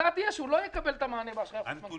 והתוצאה תהיה שהוא לא יקבל את המענה באשראי החוץ-בנקאי.